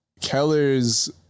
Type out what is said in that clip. Keller's